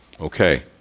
Okay